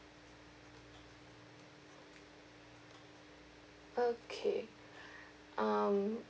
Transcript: okay um